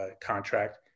contract